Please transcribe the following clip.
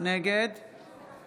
נגד